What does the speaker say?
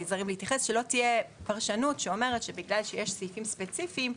כדי שלא תהיה פרשנות שאומרת שבגלל שיש סעיפים ספציפיים,